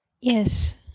Yes